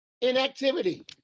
Inactivity